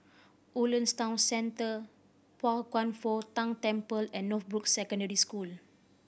Woodlands Town Centre Pao Kwan Foh Tang Temple and Northbrooks Secondary School